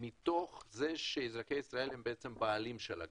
מתוך זה שאזרחי ישראל הם הבעלים של הגז.